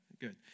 good